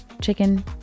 chicken